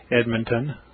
Edmonton